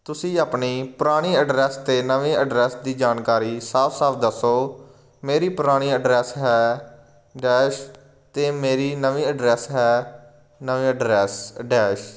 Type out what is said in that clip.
ਤੁਸੀਂ ਆਪਣੀ ਪੁਰਾਣੀ ਅਡਰੈਸ ਅਤੇ ਨਵੀਂ ਅਡਰੈਸ ਦੀ ਜਾਣਕਾਰੀ ਸਾਫ਼ ਸਾਫ਼ ਦੱਸੋ ਮੇਰੀ ਪੁਰਾਣੀ ਅਡਰੈਸ ਹੈ ਡੈਸ਼ ਅਤੇ ਮੇਰੀ ਨਵੀਂ ਅਡਰੈਸ ਹੈ ਨਵੀਂ ਅਡਰੈਸ ਡੈਸ਼